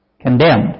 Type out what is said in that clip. condemned